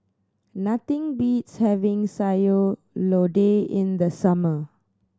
nothing beats having Sayur Lodeh in the summer